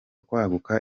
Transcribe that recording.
kwaguka